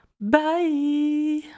bye